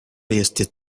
esti